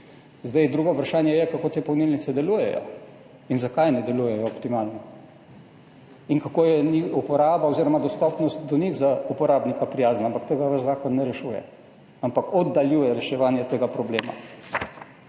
Drugo vprašanje je, kako te polnilnice delujejo in zakaj ne delujejo optimalno in kako je uporaba oziroma dostopnost do njih za uporabnika prijazna, ampak tega vaš zakon ne rešuje, ampak oddaljuje reševanje tega problema.